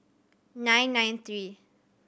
nine nine three